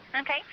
Okay